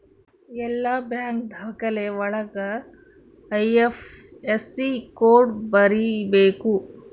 ಎಲ್ಲ ಬ್ಯಾಂಕ್ ದಾಖಲೆ ಒಳಗ ಐ.ಐಫ್.ಎಸ್.ಸಿ ಕೋಡ್ ಬರೀಬೇಕು